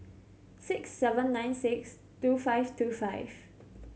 six seven nine six two five two five